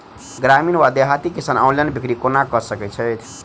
ग्रामीण वा देहाती किसान ऑनलाइन बिक्री कोना कऽ सकै छैथि?